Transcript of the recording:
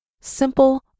simple